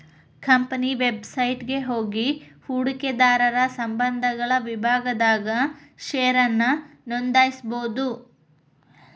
company website ಹೋಗಿ ಹೂಡಕಿದಾರರ ಸಂಬಂಧಗಳ ವಿಭಾಗದಾಗ ಷೇರನ್ನ ನೋಂದಾಯಿಸಬೋದು